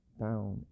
down